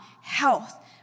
health